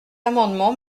amendement